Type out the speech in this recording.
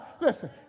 Listen